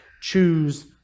choose